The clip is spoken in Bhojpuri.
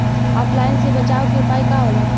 ऑफलाइनसे बचाव के उपाय का होला?